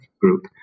group